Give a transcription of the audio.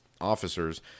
officers